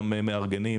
גם מארגנים